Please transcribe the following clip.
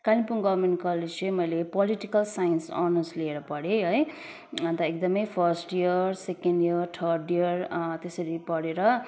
Kalimpong government college चाहिँ मैले political science honours लिएर पढेँ है अन्त एकदमै first year second year third year त्यसरी पढेर